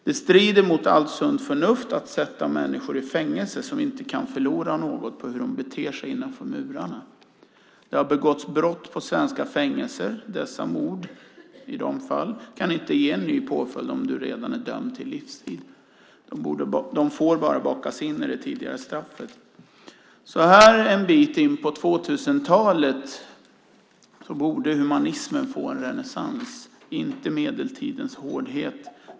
Det strider mot allt sunt förnuft att sätta människor i fängelse som inte kan förlora något på hur de beter sig innanför murarna. Det har begåtts brott på svenska fängelser. I de fall det handlar om mord kan det inte ge en ny påföljd om man redan är dömd till livstid. Det får bara bakas in i det tidigare straffet. Så här en bit in på 2000-talet borde humanismen få en renässans, inte medeltidens hårdhet.